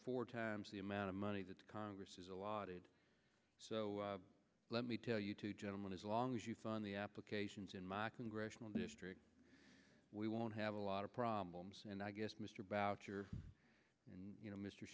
four times the amount of money that congress is allotted so let me tell you two gentlemen as long as you fund the applications in my congressional district we won't have a lot of problems and i guess mr boucher and you know mr